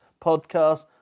podcast